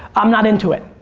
i'm not into it.